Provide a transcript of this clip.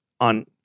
on